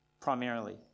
primarily